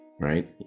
Right